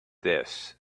this